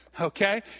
Okay